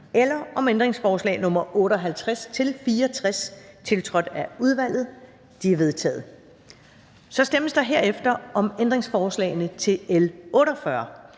eller om ændringsforslag nr. 58-64, tiltrådt af udvalget? De er vedtaget. Så stemmes der herefter om ændringsforslagene til L 48: